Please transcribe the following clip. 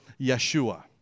Yeshua